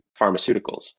pharmaceuticals